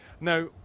Now